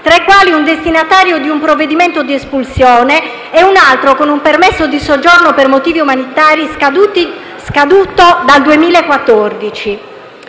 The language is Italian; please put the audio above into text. tra i quali il destinatario di un provvedimento di espulsione e un altro con un permesso di soggiorno per motivi umanitari scaduto nel 2014.